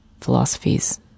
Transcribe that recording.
philosophies